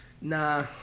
Nah